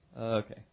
Okay